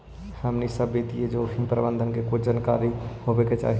हमनी सब के वित्तीय जोखिम प्रबंधन के कुछ जानकारी होवे के चाहि